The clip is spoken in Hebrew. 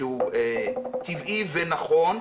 שהוא טבעי ונכון,